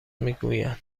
میگویند